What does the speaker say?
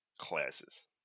classes